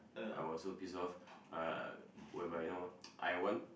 I was so pissed off uh whereby you know I want